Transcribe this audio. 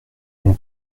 mon